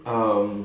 um